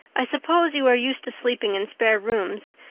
i suppose you are used to sleeping in spare rooms.